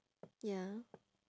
ya